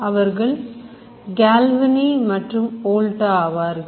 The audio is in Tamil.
அவர்கள் Galvani மற்றும் Volta ஆவார்கள்